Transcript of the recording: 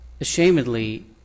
ashamedly